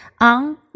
on